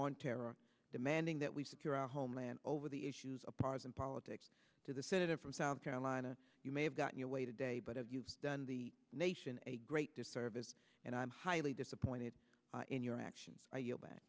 on terror demanding that we secure our homeland over the issues of partisan politics to the senator from south carolina you may have gotten your way today but have you done the nation a great disservice and i'm highly disappointed in your actions